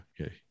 okay